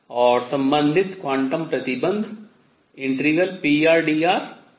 और संबंधित क्वांटम प्रतिबन्ध ∫prdr nrh के बराबर है